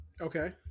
Okay